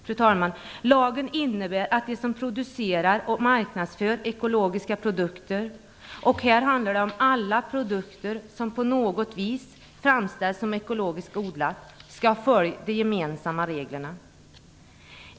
Fru talman! Lagen innebär att den som producerar och marknadsför ekologiska produkter - här handlar det om alla produkter som på något vis framställs som ekologiskt odlade - skall följa de gemensamma reglerna.